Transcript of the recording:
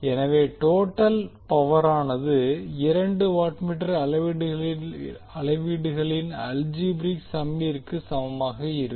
எனவே டோட்டல் பவரானது இரண்டு வாட் மீட்டர் அளவீடுகளின் அல்ஜீபிரிக் சம்மிற்கு சமமாக இருக்கும்